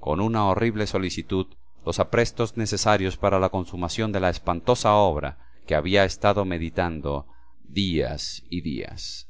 con una horrible solicitud los aprestos necesarios para la consumación de la espantosa obra que había estado meditando días y días